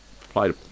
played